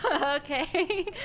okay